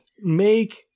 make